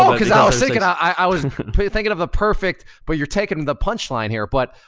um cause i was thinking, i was thinking of the perfect, but you're taking the punch line here. but